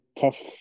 tough